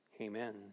Amen